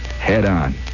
head-on